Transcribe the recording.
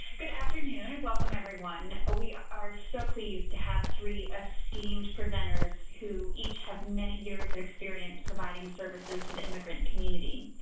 good afternoon. welcome everyone. ah we are so pleased to have three esteemed presenters who each have many years and experience providing services to the immigrant community.